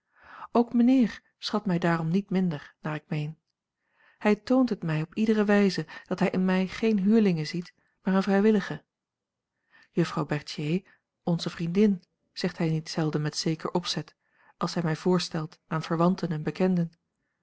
ook mijnheer schat mij daarom niet minder naar ik meen hij toont het mij op iedere wijze dat hij in mij geene huurlinge ziet maar eene vrijwillige juffrouw berthier onze vriendin zegt hij niet zelden met zeker opzet als hij mij voorstelt aan verwanten en bekenden